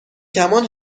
کمان